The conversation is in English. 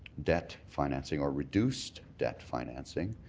debt financing or reduced debt financing,